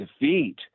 defeat